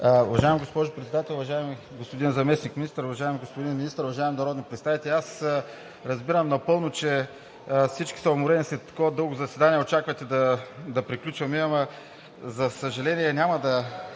Уважаема госпожо Председател, уважаеми господин Заместник-министър, уважаеми господин Министър, уважаеми народни представители! Аз разбирам напълно, че всички са уморени и след такова дълго заседание очаквате да приключваме, ама, за съжаление, няма да